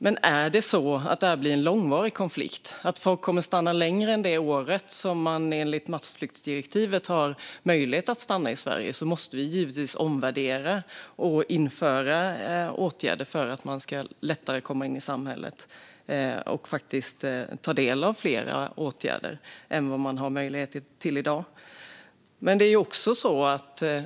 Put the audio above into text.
Men om det här blir en långvarig konflikt, att folk kommer att stanna längre än det år som man enligt massflyktsdirektivet har möjlighet att stanna i Sverige måste vi givetvis omvärdera och införa åtgärder för att man lättare ska komma in i samhället. Det handlar om att ta del av fler åtgärder än vad som är möjligt i dag.